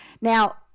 Now